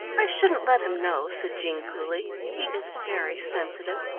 i shouldn't let him know, said jean coolly. he is very sensitive.